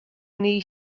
naoi